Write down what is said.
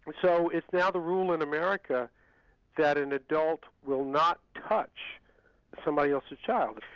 but so it's now the rule in america that an adult will not touch somebody else's child.